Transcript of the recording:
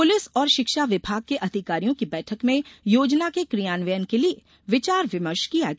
police और शिक्षा विभाग के अधिकारियों की बैठक में योजना के क्रियांन्वयन के लिये विचार विमर्श किया गया